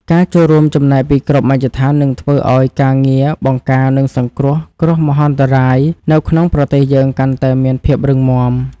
ការចូលរួមចំណែកពីគ្រប់មជ្ឈដ្ឋាននឹងធ្វើឱ្យការងារបង្ការ និងសង្គ្រោះគ្រោះមហន្តរាយនៅក្នុងប្រទេសយើងកាន់តែមានភាពរឹងមាំ។